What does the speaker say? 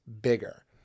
bigger